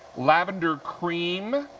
lavender cream,